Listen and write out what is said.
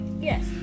Yes